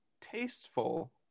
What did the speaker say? tasteful